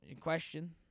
Question